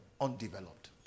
undeveloped